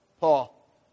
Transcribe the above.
Paul